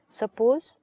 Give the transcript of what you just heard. suppose